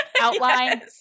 outline